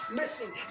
missing